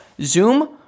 zoom